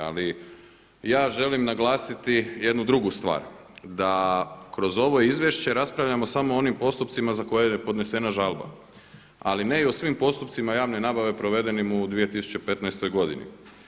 Ali ja želim naglasiti jednu drugu stvar, da kroz ovo izvješće raspravljamo samo o onim postupcima za koje je podnesena žalba, ali ne i o svim postupcima javne nabave provedenim u 2015. godini.